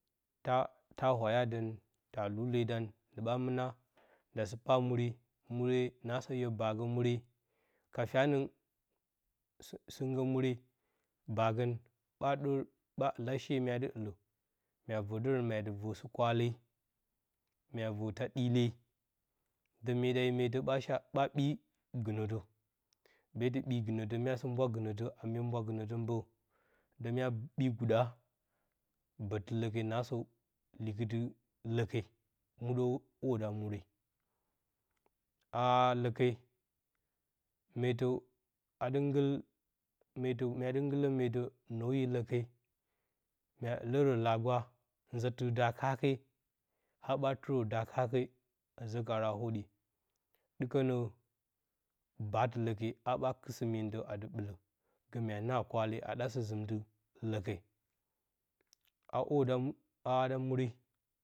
Ta, ta wayadə, ta lu leedan, dɨ ɓa mɨna no'a sɨ paa muure muure, naasə ryo baagə muure ka fyanəg sɨn sɨnggə, muure, baagə, ɓa ɗər, ɓa ɨla she mya dɨ ɨlə, mya vək dərə, mya dɨ vərdə st-kwale, mya da vər taa ɗɨlee, də də myee da yo mee tə ɓa shea, ɓa bi gɨnətə. beetɨ ɓi gɨnətə, mya sɨ mbwa gɨnətə m mee mbwa gɨnətə mbə, də mya ɓi guɗaa, bətt ləke naasə likɨtɨ ləke, muɗə huoda muure, a han ləke, meetə adɨ gɨl, meetə adɨ mya dɨ gɨlə meetə nəwyi ləke, mya ɨlə rə lagba nzə tɨr daa-kaake a ɓaa tɨrərə daa-kaake a zə kaarə a hwoɗye dɨkənə baatɨ ləke, a ɓaa kɨt sɨ-myentə adɨ ɓɨlə gə mya naa kwale a ɗa sɨ-zɨmtɨ ləke, a hwoɗa, nauu, hada muure.